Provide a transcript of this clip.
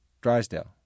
Drysdale